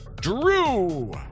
Drew